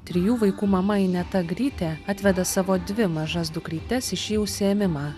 trijų vaikų mama ineta grytė atveda savo dvi mažas dukrytes į šį užsiėmimą